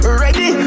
ready